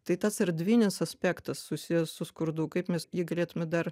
tai tas erdvinis aspektas susijęs su skurdu kaip mes jį galėtume dar